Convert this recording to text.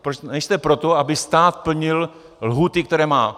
Proč nejste pro to, aby stát plnil lhůty, které má.